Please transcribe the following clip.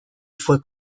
fue